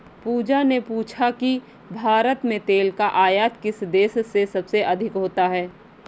पूजा ने पूछा कि भारत में तेल का आयात किस देश से सबसे अधिक होता है?